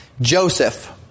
Joseph